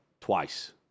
twice